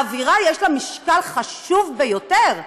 לאווירה יש משקל חשוב ביותר,